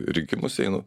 rinkimus einu